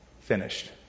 finished